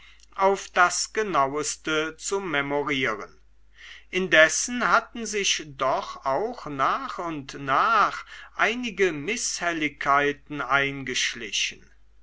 auf das genaueste zu memorieren indessen hatten sich doch auch nach und nach einige mißhelligkeiten eingeschlichen